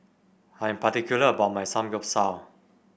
I am particular about my Samgeyopsal